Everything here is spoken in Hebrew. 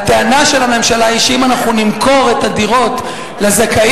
הטענה של הממשלה היא שאם אנחנו נמכור את הדירות לזכאים,